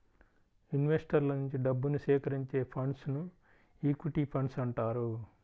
ఇన్వెస్టర్ల నుంచి డబ్బుని సేకరించే ఫండ్స్ను ఈక్విటీ ఫండ్స్ అంటారు